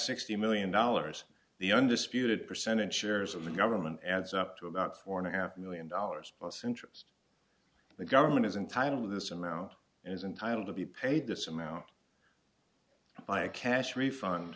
sixty million dollars the undisputed percentage shares of the government adds up to about four and a half million dollars plus interest the government is in title of this amount is entitle to be paid this amount by a cash refund